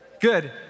Good